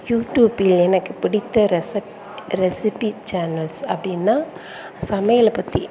யூடூபில் எனக்கு பிடித்த ரெசப் ரெசிபி சேனல்ஸ் அப்படின்னா சமையலை பற்றி